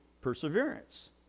perseverance